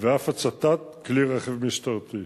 ואף הצתת כלי רכב משטרתי.